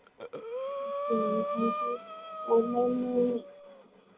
ji ma'am thank you और ma'am